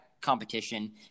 competition